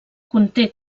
conté